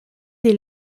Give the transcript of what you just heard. des